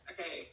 Okay